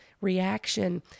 reaction